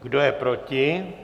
Kdo je proti?